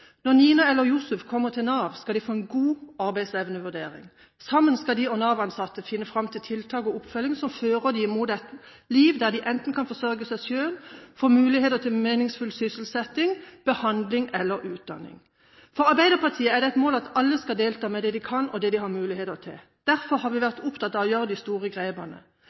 Når Nina eller Josef kommer til Nav, skal de få en god arbeidsevnevurdering. Sammen skal de og Nav-ansatte finne fram til tiltak og oppfølging som fører dem mot et liv der de enten kan forsørge seg selv, få muligheter til meningsfull sysselsetting, behandling eller utdanning. For Arbeiderpartiet er det et mål at alle skal delta med det de kan, og det de har muligheter til. Derfor har vi vært opptatt av å ta de store grepene.